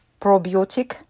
probiotic